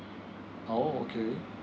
oh okay